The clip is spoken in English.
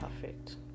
perfect